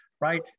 right